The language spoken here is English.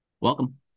Welcome